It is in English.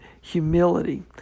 humility